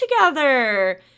together